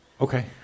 Okay